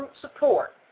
support